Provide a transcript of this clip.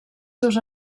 seus